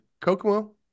Kokomo